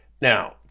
Now